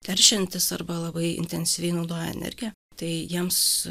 teršiantys arba labai intensyviai naudoja energiją tai jiems